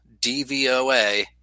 DVOA